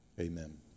Amen